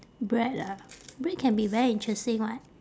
bread ah bread can be very interesting [what]